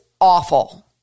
awful